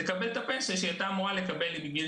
ותקבל את הפנסיה שהיא הייתה אמורה לקבל בגיל